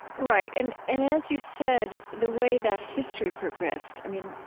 right. and and as you said, the way that history progressed i mean,